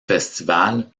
festival